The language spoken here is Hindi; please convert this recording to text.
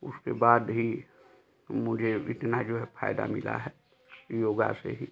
उसके बाद ही मुझे इतना जो है फायदा मिला है योगा से ही